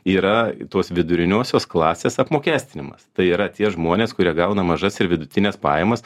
yra tos viduriniosios klasės apmokestinimas tai yra tie žmonės kurie gauna mažas ir vidutines pajamas